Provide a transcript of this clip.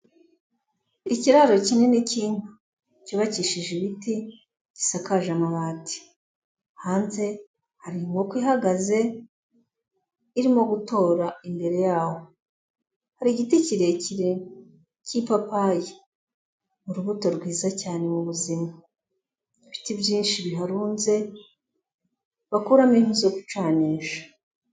Ikiraro kinini cy'inka cyubakishije ibiti, gisakaje amabati, hanze hari inkoko ihagaze irimo gutora imbere yaho, hari igiti kirekire cy'ipapayi urubuto rwiza cyane mu buzima, ibiti byinshi biharunze bakuramo inkwi zo gucanisha.